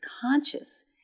conscious